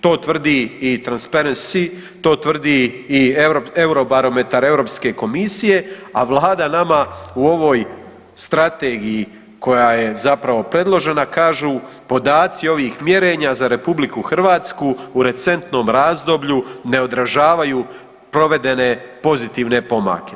To tvrdi i Transperensi, to tvrdi i Eurobarometar Europske komisije, a vlada nama u ovoj strategiji koja je zapravo predložena kažu podaci ovih mjerenja za RH u recentnom razdoblju ne odražavaju provedene pozitivne pomake.